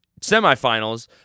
semifinals